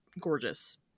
gorgeous